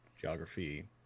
geography